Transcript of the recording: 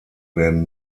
werden